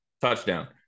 touchdown